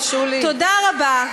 תודה רבה.